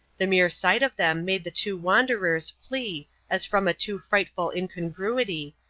the mere sight of them made the two wanderers flee as from a too frightful incongruity,